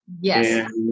Yes